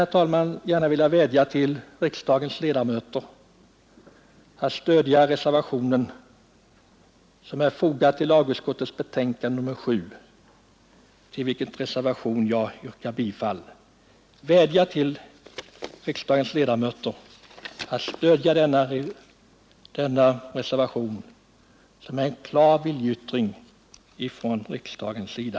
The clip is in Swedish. Jag skulle gärna vilja vädja till riksdagens ledamöter att stödja den reservation som är fogad till lagutskottets betänkande nr 7 och till vilken jag yrkar bifall. Jag vädjar till riksdagens ledamöter att stödja denna reservation såsom en klar viljeyttring från riksdagens sida.